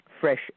fresh